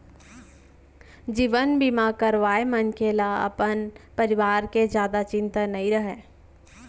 जीवन बीमा करवाए मनसे ल अपन परवार के जादा चिंता नइ रहय